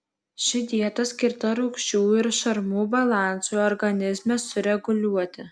ši dieta skirta rūgščių ir šarmų balansui organizme sureguliuoti